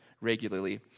regularly